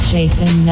Jason